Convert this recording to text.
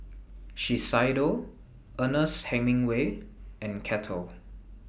Shiseido Ernest Hemingway and Kettle